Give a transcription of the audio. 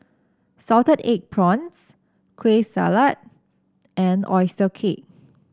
Salted Egg Prawns Kueh Salat and oyster cake